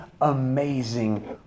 amazing